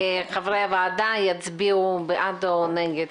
וחברי הוועדה יצביעו בעד או נגד.